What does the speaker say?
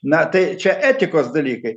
na tai čia etikos dalykai